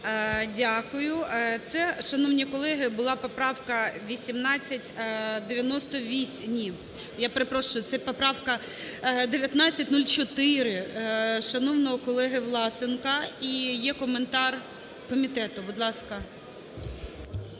Дякую. Це, шановні колеги, була поправка 1898… Ні, я перепрошую, це поправка 1904 шановного колеги Власенка. І є коментар комітету. Будь ласка.